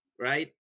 right